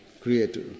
Creator